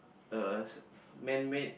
a man made